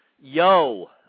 Yo